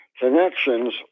connections